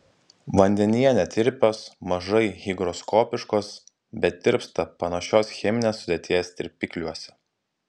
vandenyje netirpios mažai higroskopiškos bet tirpsta panašios cheminės sudėties tirpikliuose